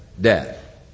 death